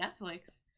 Netflix